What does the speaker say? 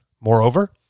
Moreover